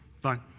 Fine